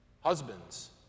Husbands